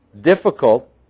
difficult